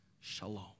shalom